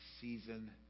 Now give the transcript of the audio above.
season